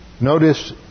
Notice